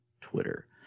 Twitter